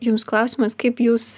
jums klausimas kaip jūs